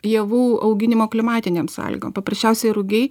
javų auginimo klimatinėm sąlygom paprasčiausiai rugiai